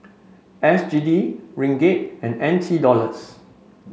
S G D Ringgit and N T Dollars